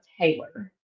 Taylor